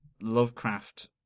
Lovecraft